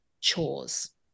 chores